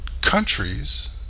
countries